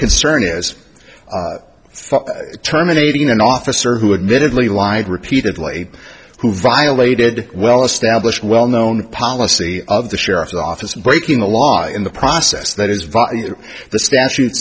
concern is terminating an officer who admittedly lied repeatedly who violated well established well known policy of the sheriff's office breaking the law in the process that is value the statute